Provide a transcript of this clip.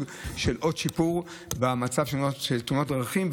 של עוד שיפור במצב של תאונות הדרכים,